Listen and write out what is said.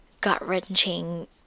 gut-wrenching